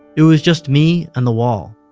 it was just me and the wall